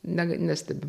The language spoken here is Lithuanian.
ne nestebi